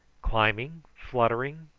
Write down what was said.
climbing, fluttering,